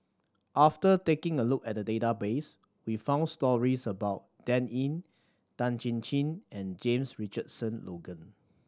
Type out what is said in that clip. after taking a look at the database we found stories about Dan Ying Tan Chin Chin and James Richardson Logan